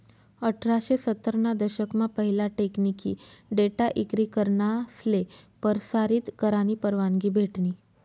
अठराशे सत्तर ना दशक मा पहिला टेकनिकी डेटा इक्री करनासले परसारीत करानी परवानगी भेटनी